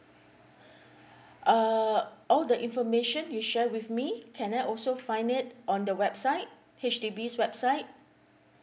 uh all the information you share with me can I also find it on the website H_D_B's website